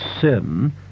sin